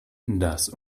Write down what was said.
das